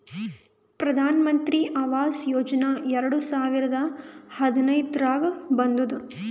ಪ್ರಧಾನ್ ಮಂತ್ರಿ ಆವಾಸ್ ಯೋಜನಾ ಎರಡು ಸಾವಿರದ ಹದಿನೈದುರ್ನಾಗ್ ಬಂದುದ್